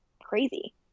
crazy